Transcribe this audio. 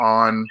on